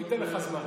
הוא ייתן לך זמן,